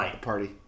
party